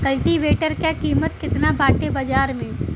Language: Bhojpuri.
कल्टी वेटर क कीमत केतना बाटे बाजार में?